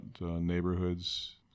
neighborhoods